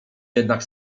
jednak